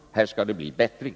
Här skall det bli bättring.